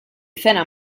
cena